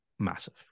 Massive